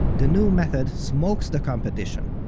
the new method smokes the competition.